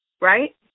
right